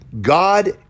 God